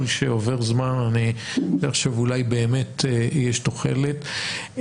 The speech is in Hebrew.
שעובר הזמן אני חושב שאולי באמת יש תוחלת,